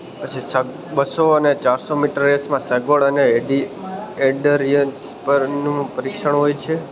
પછી બસો અને ચારસો મીટર રેસમાં સગવડ અને હેડી એડરયન્સ પરનું પરીક્ષણ હોય છે